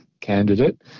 candidate